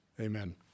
amen